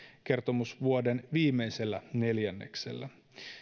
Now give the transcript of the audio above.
kertomusvuoden viimeisellä neljänneksellä